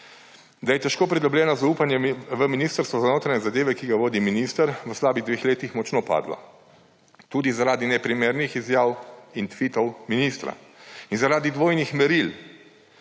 Da je težko pridobljeno zaupanje v Ministrstvo za notranje zadeve, ki ga vodi minister, v slabih dveh letih močno padlo; tudi zaradi neprimernih izjav in tvitov ministra. In zaradi dvojnih meril